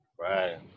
Right